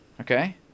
Okay